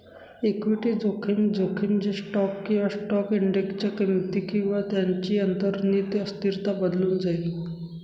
equity जोखीम, जोखीम जे स्टॉक किंवा स्टॉक इंडेक्सच्या किमती किंवा त्यांची अंतर्निहित अस्थिरता बदलून जाईल